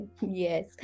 Yes